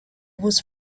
was